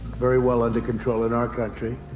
very well under control in our country.